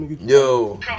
Yo